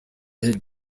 had